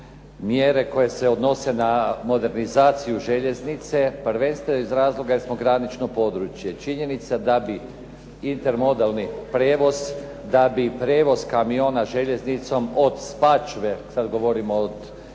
mjere koje se odnose na modernizaciju željeznice, prvenstveno iz razloga jer smo granično područje. Činjenica da bi intermodelni prijevoz, da bi prijevoz kamiona željeznicom od "Spačve" sada govorim od